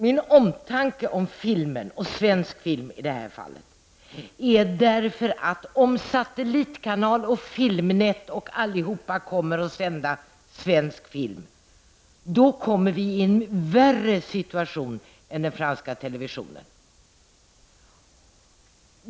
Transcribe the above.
Min omtanke om filmen, svensk film i det här fallet, har att göra med vad som händer om satellitkanaler, Filmnet och allihop kommer att sända svensk film. Då kommer vi i en värre situation än den franska televisionen.